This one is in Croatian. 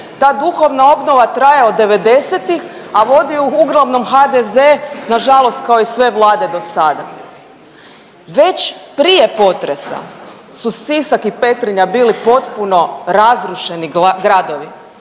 ta duhovna obnova traje od '90.-tih, a vodi ju uglavnom HDZ nažalost kao i sve vlade do sada. Već prije potresa su Sisak i Petrinja bili potpuno razrušeni gradovi,